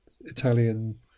Italian